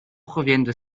proviennent